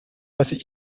lasse